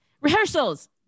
Rehearsals